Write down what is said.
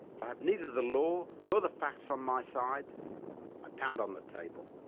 if i have neither the law nor the facts on my side i pound on the table.